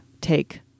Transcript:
take